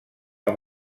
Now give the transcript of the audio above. amb